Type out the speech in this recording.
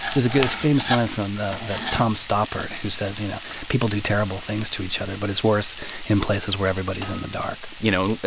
there's a famous line from the the tom stoppard who says, you know, people do terrible things to each other, but it's worse in places where everybody's in the dark you know,